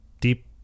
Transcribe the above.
deep